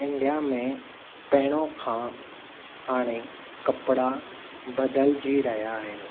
India मे पहिरों खां हाणे कपिड़ा बदिलजी रहिया आहिनि